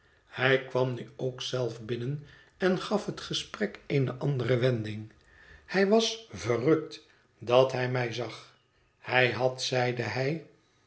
hij kwam nu ook zelf binnen en gaf het gesprek eene andere wending hij was verrukt dat hij mij zag hij had zeide hij